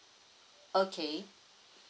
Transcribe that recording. okay